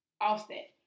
Offset